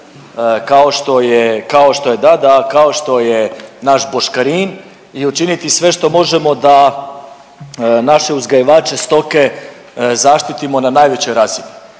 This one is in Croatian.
kao što da, da, kao što je naš boškarin i učiniti sve što možemo da naše uzgajivače stoke zaštitimo na najvećoj razini.